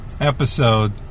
episode